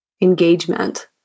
engagement